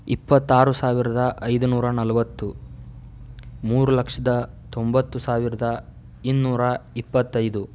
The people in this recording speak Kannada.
ಇಪ್ಪತ್ತಾರು ಸಾವಿರದ ಐದು ನೂರ ನಲ್ವತ್ತು ಮೂರು ಲಕ್ಷದ ತೊಂಬತ್ತು ಸಾವಿರದ ಇನ್ನೂರ ಇಪ್ಪತ್ತೈದು